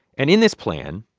and in this plan,